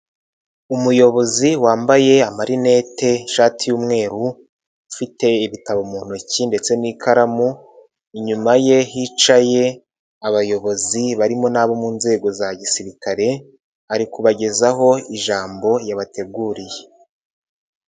Umuyobozi wambaye amarinete, Ishati y'umweru, ufite ibitabo mu ntoki ndetse n'ikaramu, inyuma ye hicaye abayobozi barimo n'abo mu nzego za gisirikare, ari kubagezaho ijambo yabateguriye.